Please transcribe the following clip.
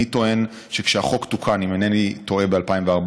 אני טוען שכשהחוק תוקן, אם אינני טועה ב-2014,